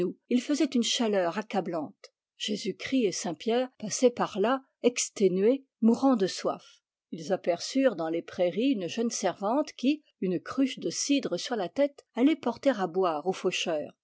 il faisait une chaleur accablante jésus-christ et saint pierre passaient par là exténués mourant de soif ils aperçurent dans les prairies une jeune servante qui une cruche de cidre sur la tête allait porter à boire aux faucheurs